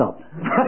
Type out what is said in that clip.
stop